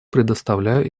предоставлю